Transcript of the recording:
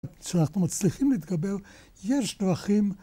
‫כשאנחנו מצליחים להתקבל, ‫יש דרכים...